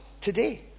today